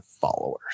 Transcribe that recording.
followers